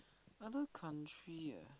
another country ah